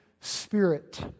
Spirit